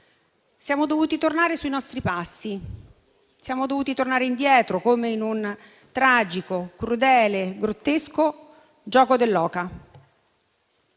siamo dovuti tornare sui nostri passi, siamo dovuti tornare indietro come in un tragico, crudele, grottesco gioco dell'oca.